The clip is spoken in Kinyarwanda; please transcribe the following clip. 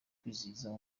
kwizihiza